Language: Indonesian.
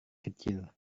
kecil